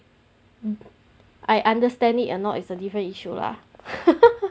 mm I understand it or not it's a different issue lah